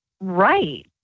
right